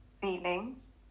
feelings